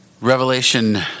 Revelation